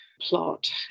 plot